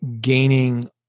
gaining